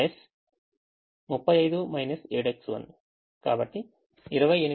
కాబట్టి 28u ≥ 4X1 35 7X1 కాబట్టి 28u ≥ 35 3X1